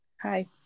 Hi